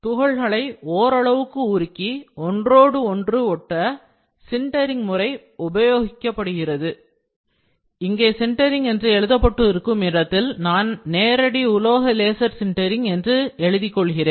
துகள்களை ஓரளவுக்கு உருக்கி ஒன்றோடொன்று ஒட்ட சிண்டரிங் முறை உபயோகப்படுகிறது இங்கே சிண்டரிங் என்று எழுதப்பட்டு இருக்கும் இடத்தில் நான் நேரடி உலோக laser sintering direct metal laser sintering என்று எழுதிக் கொள்கிறேன்